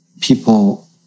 people